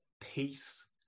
Peace